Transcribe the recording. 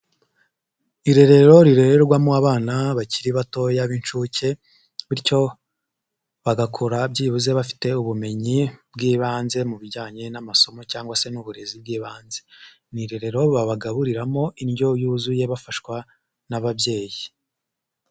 Irerero rirererwamo abana bakiri batoya b'inshuke bityo bagakura byibuze bafite ubumenyi bw'ibanze mu bijyanye n'amasomo cyangwa se n'uburezi bw'ibanze. Ni irerero babagaburiramo indyo yuzuye bafashwa n'ababyeyi.